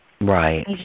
right